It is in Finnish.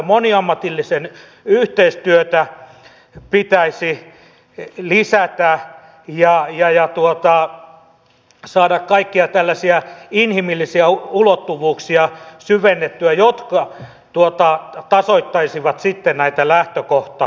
moniammatillista yhteistyötä pitäisi lisätä ja saada kaikkia tällaisia inhimillisiä ulottuvuuksia syvennettyä jotka tasoittaisivat sitten näitä lähtökohtaeroja